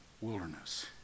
wilderness